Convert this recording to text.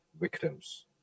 victims